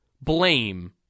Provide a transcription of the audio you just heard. blame